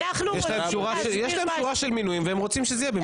יש להם שורה של מינויים והם רוצים שזה יהיה במסגרת ההצהרה.